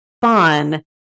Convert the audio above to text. fun